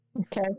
Okay